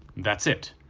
that's it.